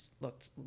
looked